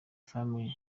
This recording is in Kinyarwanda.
family